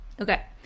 Okay